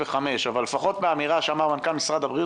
אבל לפחות מהאמירה של מנכ"ל משרד הבריאות,